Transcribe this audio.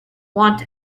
want